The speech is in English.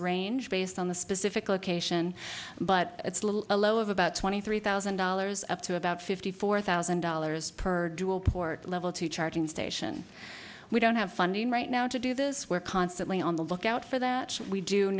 arranged based on the specific location but it's a little low of about twenty three thousand dollars up to about fifty four thousand dollars per dual port level to charging station we don't have funding right now to do this we're constantly on the lookout for that we do